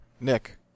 Nick